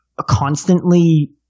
constantly